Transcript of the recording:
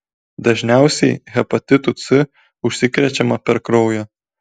dažniausiai hepatitu c užsikrečiama per kraują